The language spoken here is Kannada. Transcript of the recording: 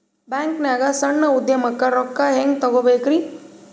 ಬ್ಯಾಂಕ್ನಾಗ ಸಣ್ಣ ಉದ್ಯಮಕ್ಕೆ ರೊಕ್ಕ ಹೆಂಗೆ ತಗೋಬೇಕ್ರಿ?